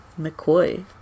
McCoy